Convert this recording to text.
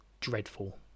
dreadful